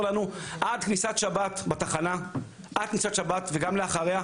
לנו עד כניסת שבת בתחנה וגם לאחריה,